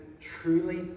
truly